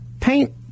paint